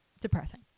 depressing